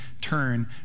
turn